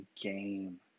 game